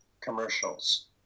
commercials